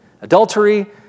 adultery